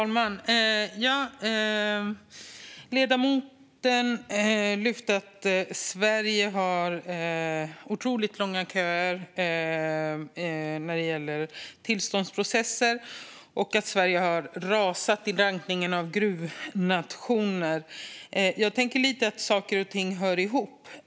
Herr talman! Ledamoten lyfte upp att Sverige har otroligt långa köer när det gäller tillståndsprocesser och att Sverige har rasat i rankningen av gruvnationer. Jag tänker att saker och ting hör ihop.